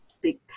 big